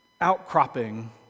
outcropping